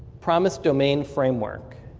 promis domain framework.